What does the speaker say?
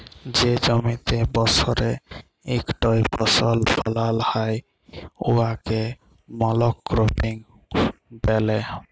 যে জমিতে বসরে ইকটই ফসল ফলাল হ্যয় উয়াকে মলক্রপিং ব্যলে